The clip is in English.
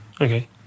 Okay